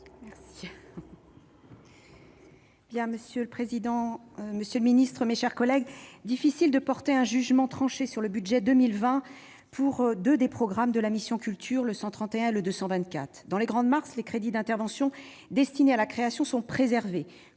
pour avis. Monsieur le président, monsieur le ministre, mes chers collègues, il est difficile de porter un jugement tranché sur le budget pour 2020 pour deux des programmes de la mission « Culture »: les programmes 131 et 224. Dans les grandes masses, les crédits d'intervention destinés à la création sont préservés,